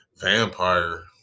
vampire